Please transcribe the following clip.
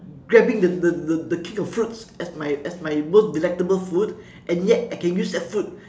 grabbing the the the king of fruits as my as my most delectable food and yet I can use that food